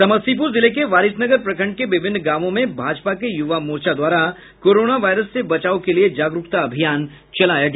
समस्तीपुर जिले के वारिसनगर प्रखंड के विभिन्न गांवों में भाजपा के युवा मोर्चा द्वारा कोरोना वायरस से बचाव के लिये जागरूकता अभियान चलाया गया